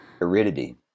Aridity